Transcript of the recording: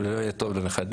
ולא טוב לנכדים.